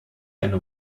eine